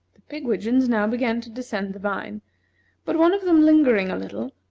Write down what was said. the pigwidgeons now began to descend the vine but one of them lingering a little,